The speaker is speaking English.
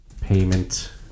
payment